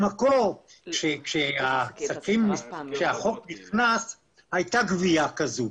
במקור כשהחוק נכנס הייתה גבייה כזו,